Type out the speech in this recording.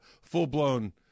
full-blown –